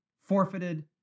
forfeited